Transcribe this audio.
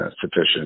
sufficient